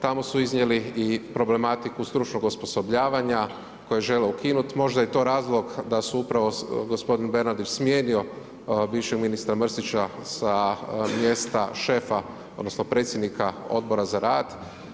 Tamo su iznijeli i problematiku stručnog osposobljavanja koje žele ukinuti, možda je to razlog da je upravo gospodin Bernardić smijenio bivšeg ministra Mrsića sa mjesta šefa odnosno predsjednika Odbora za rad.